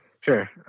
Sure